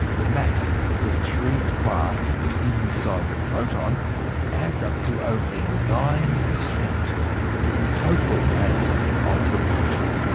the mass of the three quarks inside the proton adds up to only nine percent of the total mass of the proton.